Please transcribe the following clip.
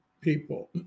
people